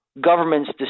governments